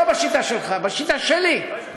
לא בשיטה שלך, בשיטה שלי.